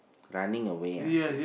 running away